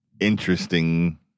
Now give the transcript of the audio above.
interesting